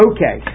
Okay